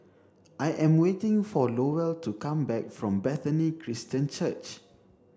I am waiting for Lowell to come back from Bethany Christian Church